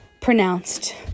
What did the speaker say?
pronounced